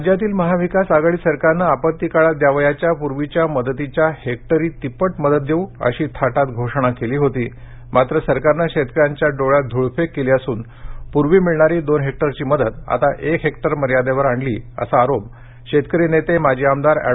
राज्यातील महाविकास आघाडी सरकारने आपत्ती काळात द्यावयाच्या पूर्वीच्या मदतीच्या हेक्टरी तिप्पट मदत देऊ अशी थाटात घोषणा केली होती मात्र सरकारने शेतकऱ्यांच्या डोळ्यात धूळफेक केली असून पूर्वी मिळणारी दोन हेक्टरघी मदत आता एक हेक्टर मर्यादेवर आणली असा आरोप शेतकरी नेते माजी आमदार ऍड